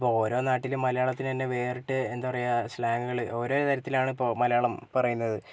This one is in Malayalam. ഇപ്പോൾ ഓരോ നാട്ടിലും മലയാളത്തിന് തന്നെ വേറിട്ട എന്താണ് പറയുക സ്ലാങ്ങുകൾ ഓരോ തരത്തിലാണ് ഇപ്പോൾ മലയാളം പറയുന്നത്